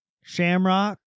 Shamrock